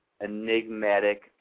enigmatic